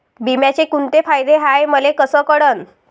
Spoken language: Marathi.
बिम्याचे कुंते फायदे हाय मले कस कळन?